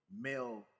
male